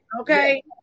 Okay